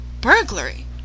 Burglary